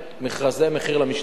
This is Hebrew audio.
מכרזי מחיר למשתכן,